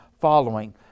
following